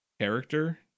character